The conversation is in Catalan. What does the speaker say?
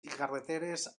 carreteres